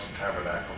Tabernacle